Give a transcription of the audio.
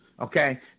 okay